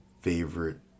favorite